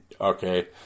okay